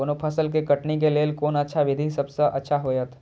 कोनो फसल के कटनी के लेल कोन अच्छा विधि सबसँ अच्छा होयत?